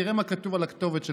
תראה מה כתוב על הכתובת שלך: